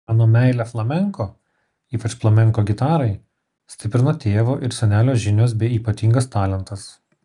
mano meilę flamenko ypač flamenko gitarai stiprino tėvo ir senelio žinios bei ypatingas talentas